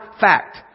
fact